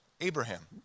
Abraham